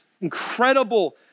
incredible